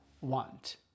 want